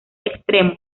extremo